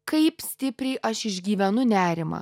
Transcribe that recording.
kaip stipriai aš išgyvenu nerimą